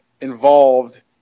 involved